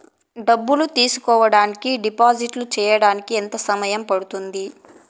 డబ్బులు తీసుకోడానికి డిపాజిట్లు సేయడానికి ఎంత సమయం పడ్తుంది